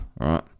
right